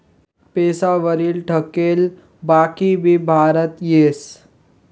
पैसा वरी थकेल बाकी भी भरता येस